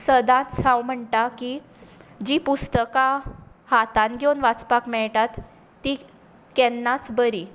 सदाच हांव म्हणटा की जीं पुस्तकां हातांत घेवन वाचपाक मेळटात तीं केन्नाच बरी